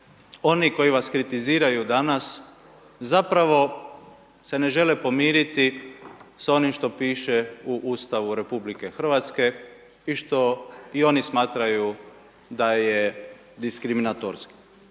Oni koji vas kritiziraju danas zapravo se ne žele pomiriti s onim što piše u Ustavu RH i što i oni smatraju da je diskriminatorski,